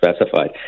specified